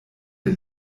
der